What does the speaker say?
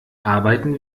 arbeiten